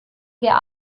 wir